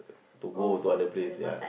to go to other place ya